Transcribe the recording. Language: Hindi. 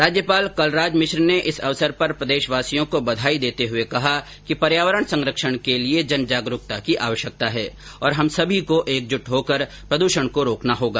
राज्यपाल कलराज मिश्र ने इस अवसर पर प्रदेशवासियों को बधाई देते हुए कहा कि पर्यावरण संरक्षण के लिए जन जागरूकता की आवश्यकता है और हम सभी को एकजुट होकर प्रदूषण को रोकना होगा